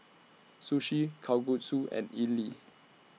Sushi Kalguksu and Idili